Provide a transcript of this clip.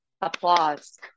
applause